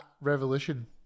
Revolution